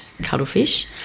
cuttlefish